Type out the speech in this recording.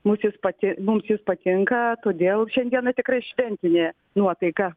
mus jis pati mums jis patinka todėl šiandieną tikrai šventinė nuotaika